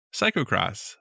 Psychocross